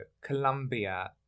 Colombia